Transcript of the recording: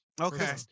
Okay